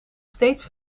steeds